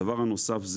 הדבר הנוסף,